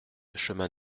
chemin